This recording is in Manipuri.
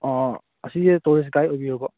ꯑꯥ ꯑꯁꯤꯁꯦ ꯇꯨꯔꯤꯁ ꯒꯥꯏꯗ ꯑꯣꯏꯕꯤꯔꯕꯣ